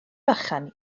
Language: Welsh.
bychan